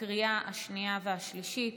לקריאה השנייה והשלישית.